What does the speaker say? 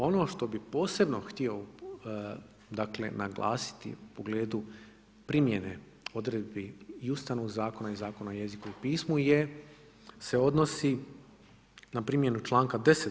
Ono što bi posebno htio naglasiti u pogledu primjene odredbi i Ustavnog zakona i Zakona o jeziku i pismu se odnosi na primjenu članka 10.